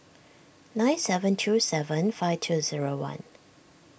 nine seven two seven five two zero one